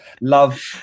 love